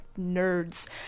nerds